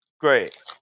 Great